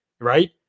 right